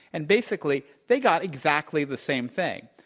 and basically, they got exactly the same thing.